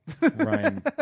Ryan